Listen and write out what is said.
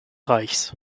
reichs